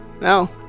now